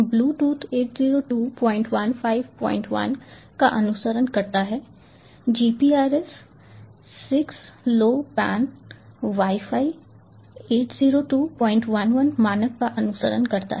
Bluetooth 802151 का अनुसरण करता है GPRS 6LowPAN Wi Fi 80211 मानक का अनुसरण करता है